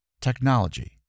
technology